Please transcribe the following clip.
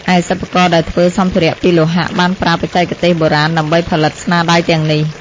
ឯសិប្បករដែលធ្វើសម្ភារៈពីលោហៈបានប្រើបច្ចេកទេសបុរាណដើម្បីផលិតស្នាដៃទាំងនេះ។